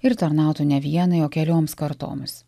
ir tarnautų ne vienai o kelioms kartoms